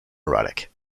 erratic